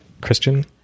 Christian